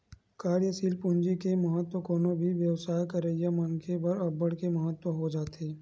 कार्यसील पूंजी के महत्तम कोनो भी बेवसाय करइया मनखे बर अब्बड़ के महत्ता हो जाथे